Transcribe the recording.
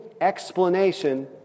explanation